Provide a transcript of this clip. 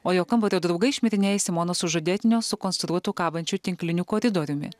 o jo kambario draugai šmirinėja simonos sužadėtinio sukonstruotu kabančiu tinkliniu koridoriumi